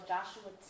Joshua